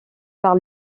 par